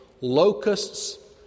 Locusts